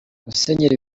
musenyeri